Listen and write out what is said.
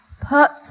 put